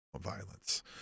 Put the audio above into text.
violence